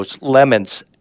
lemons